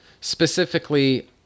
specifically